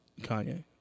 Kanye